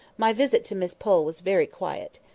my visit to miss pole was very quiet.